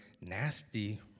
nasty